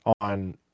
on